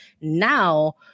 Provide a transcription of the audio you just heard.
Now